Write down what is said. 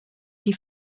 die